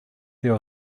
there